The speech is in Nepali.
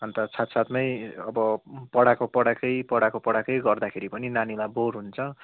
अन्त साथ साथमै अब पढाको पढाकै पढाको पढाकै गर्दाखेर पनि नानीलाई बोर हुन्छ